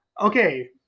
okay